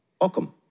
Welcome